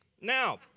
Now